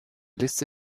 liste